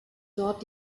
dort